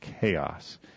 chaos